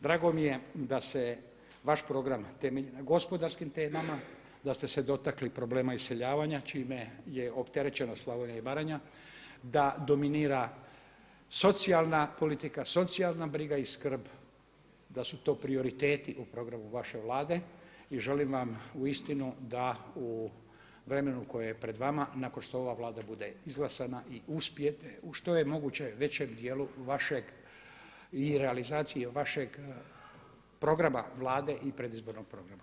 Drago mi je da se vaš program temelji na gospodarskim temama, da ste se dotakli problema iseljavanja čime je opterećena Slavonija i Baranja, da dominira socijalna politika, socijalna briga i skrb da su to prioriteti u programu vaše Vlade i želim vam uistinu da u vremenu koje je pred vama nakon što ova Vlada bude izglasana i uspijete u što je moguće većem dijelu vašeg i realizacije vašeg programa Vlade i predizbornog programa.